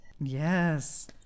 Yes